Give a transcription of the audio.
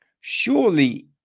surely